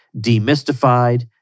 demystified